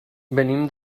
venim